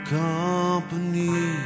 company